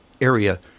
area